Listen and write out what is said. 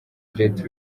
jet